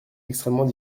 extrêmement